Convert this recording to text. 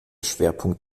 schwerpunkt